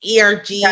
erg